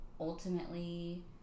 ultimately